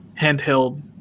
handheld